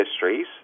histories